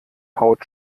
haut